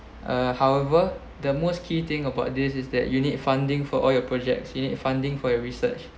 uh however the most key thing about this is that you need funding for all your projects you need funding for your research